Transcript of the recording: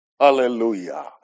Hallelujah